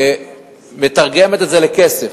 ומתרגמת את זה לכסף.